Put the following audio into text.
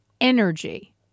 energy